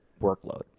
workload